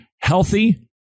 healthy